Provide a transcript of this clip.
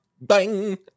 Bang